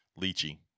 lychee